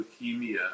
leukemia